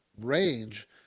range